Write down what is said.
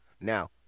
Now